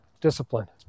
discipline